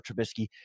Trubisky